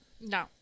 no